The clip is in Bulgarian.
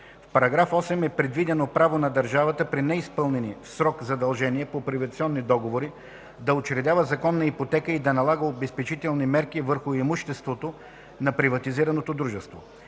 В § 8 е предвидено право на държавата, при неизпълнени в срок задължения по приватизационни договори, да учредява законна ипотека и да налага обезпечителни мерки върху имуществото на приватизираното дружество.